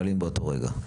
פועלים באותו רגע?